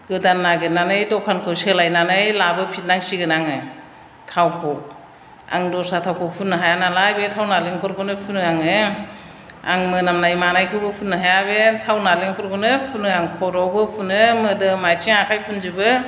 गोदान नागिरनानै दखानखौ सोलायनानै लाबोफिननांसिगोन आङो थावखौ आं दस्रा थावखौ फुननो हाया नालाय बे थाव नालेंखरखौनो फुनो आङो आं मोनामनाय मानायखौबो फुननो हाया बे थाव नालेंखरखौनो फुनो आं खर'आवबो फुनो मोदोम आथिं आखाइ फुनजोबो